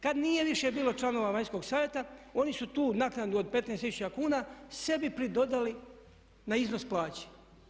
Kada nije više bilo članova vanjskog savjeta oni su tu naknadu od 15 tisuća kuna sebi pridodali na iznos plaće.